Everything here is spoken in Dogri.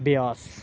ब्यास